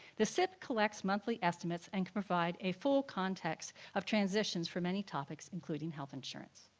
the sip collects monthly estimates and can provide a full context of transitions for many topics including health insurance.